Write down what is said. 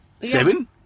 Seven